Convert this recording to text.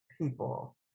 people